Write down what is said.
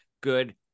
good